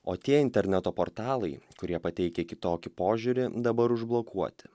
o tie interneto portalai kurie pateikia kitokį požiūrį dabar užblokuoti